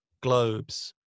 globes